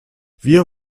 wir